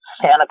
Santa